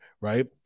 right